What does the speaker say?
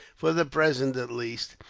for the present at least,